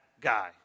guy